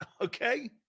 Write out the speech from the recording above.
Okay